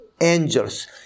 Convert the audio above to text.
angels